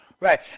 Right